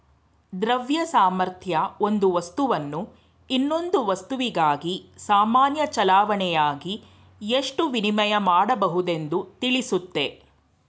ದ್ರವ್ಯ ಸಾಮರ್ಥ್ಯ ಒಂದು ವಸ್ತುವನ್ನು ಇನ್ನೊಂದು ವಸ್ತುವಿಗಾಗಿ ಸಾಮಾನ್ಯ ಚಲಾವಣೆಯಾಗಿ ಎಷ್ಟು ವಿನಿಮಯ ಮಾಡಬಹುದೆಂದು ತಿಳಿಸುತ್ತೆ